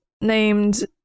named